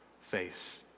face